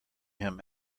him